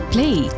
Play